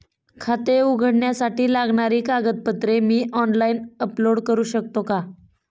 खाते उघडण्यासाठी लागणारी कागदपत्रे मी ऑनलाइन अपलोड करू शकतो का?